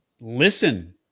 listen